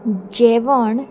जेवण